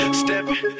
stepping